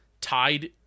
tied